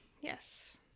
yes